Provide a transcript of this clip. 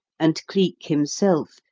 and cleek himself,